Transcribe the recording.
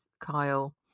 Kyle